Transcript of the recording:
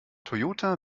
toyota